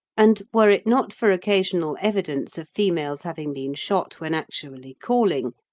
and, were it not for occasional evidence of females having been shot when actually calling,